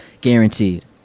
guaranteed